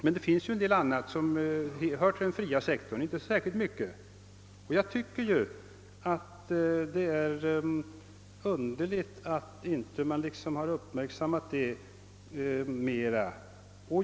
Det finns emellertid en del annat — inte särskilt mycket — som hör till den fria sektorn, och jag tycker att det är underligt att man inte har uppmärksammat det mera.